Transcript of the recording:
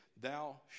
thou